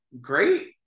great